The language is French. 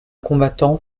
combattants